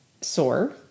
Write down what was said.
sore